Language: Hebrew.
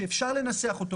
שאני מאמין שאפשר לנסח אותו,